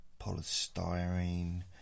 Polystyrene